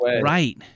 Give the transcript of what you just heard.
Right